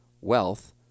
Wealth